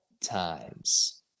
times